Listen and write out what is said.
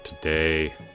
today